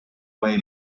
away